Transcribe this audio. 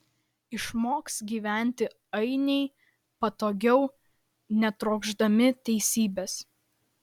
išmoks gyventi ainiai patogiau netrokšdami teisybės